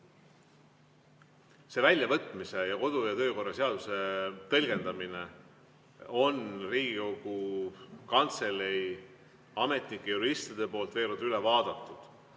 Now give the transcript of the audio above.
see väljavõtmise ja kodu- ja töökorra seaduse tõlgendamine on Riigikogu Kantselei ametnike ja juristide poolt veel kord üle vaadatud.